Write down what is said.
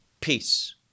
peace